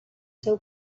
seu